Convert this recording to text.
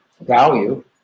value